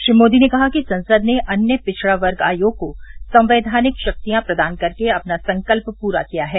श्री मोदी ने कहा कि संसद ने अन्य पिछड़ा वर्ग आयोग को संवैचानिक शक्तियां प्रदान कर के अपना संकल्प पूरा किया है